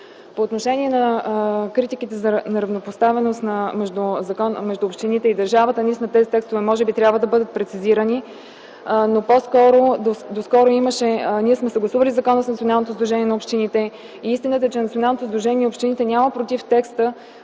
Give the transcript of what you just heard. По отношение на критиките за неравнопоставеност между общините и държавата, наистина тези текстове може би трябва да бъдат прецизирани, но ние сме съгласували закона с Националното сдружение на общините. И истината е, че Националното сдружение на общините няма против текста.